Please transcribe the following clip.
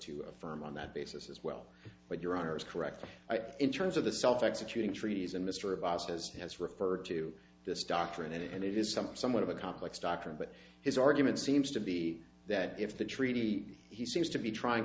to affirm on that basis as well but your honor is correct in terms of the self executing treaties and mr abbas as he has referred to this doctrine and it is something somewhat of a complex doctrine but his argument seems to be that if the treaty he seems to be trying